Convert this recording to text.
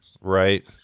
Right